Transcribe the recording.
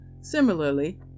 Similarly